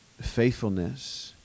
faithfulness